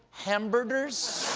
hamberders?